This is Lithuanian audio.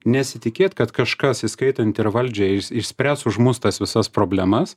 nesitikėt kad kažkas įskaitant ir valdžią išspręs už mus tas visas problemas